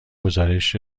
گزارش